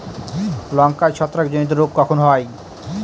লঙ্কায় ছত্রাক জনিত রোগ কখন হয়?